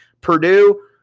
Purdue